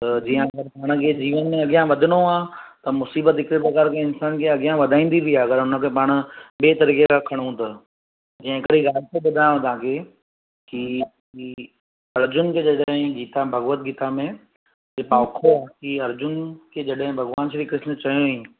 त जीअं अगरि पाण खे जीवन में अॻियां वधंदो आहे त मुसीबत हिकु प्रकार में इंसान खे अॻियां वधाईंदी बि आहे अगरि हुनखे पाणि ॿिए तरीक़े सां खणूं त जीअं हिकिड़ी ॻाल्हि थो ॿुधायांव तव्हांखे की की अर्जुन खे जॾे गीता भॻवत गीता में की अर्जुन खे जॾे भॻवान श्रीकृष्ण चयो वेई